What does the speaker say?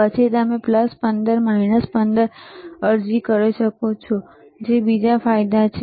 પછી તમે 15 15 અરજી કરી શકો છો જે બીજો ફાયદો છે